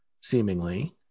seemingly